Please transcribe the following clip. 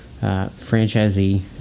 franchisee